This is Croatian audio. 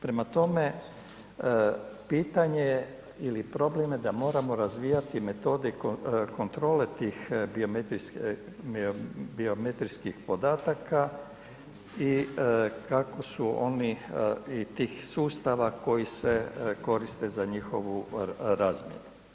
Prema tome, pitanje ili problem je da moramo razvijati metode kontrole tih biometrijskih podataka i kako su oni i tih sustava koji se koriste za njihovu razmjenu.